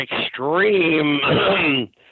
extreme